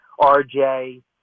RJ